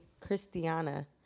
Christiana